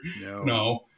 no